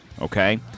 Okay